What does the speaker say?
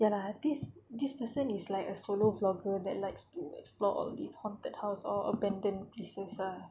ya lah this this person is like a solo blogger that likes to explore all of these haunted house or abandoned places ah